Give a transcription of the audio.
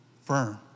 firm